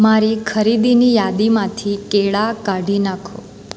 મારી ખરીદીની યાદીમાંથી કેળાં કાઢી નાખો